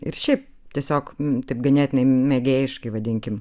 ir šiaip tiesiog taip ganėtinai mėgėjiškai vadinkim